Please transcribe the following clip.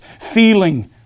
feeling